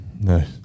No